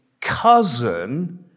cousin